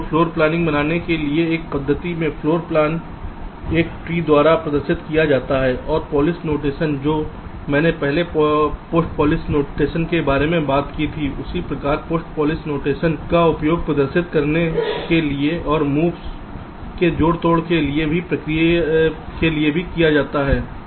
तोफ्लोर planning बनाने के लिए इस पद्धति में फ्लोर प्लान एक ट्री द्वारा प्रदर्शित किया जाता है और पॉलिश नोटेशन जो मैंने पहले पोस्टफ़िक्स नोटेशन के बारे में बात की थी उसी तरह के पोस्टफ़िक्स नोटेशन का उपयोग प्रदर्शित करने के लिए और मूव्स के जोड़ तोड़ के लिए भी किया जाता है